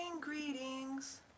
greetings